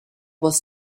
was